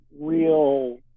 Real